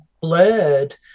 blurred